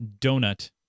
Donut